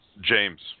James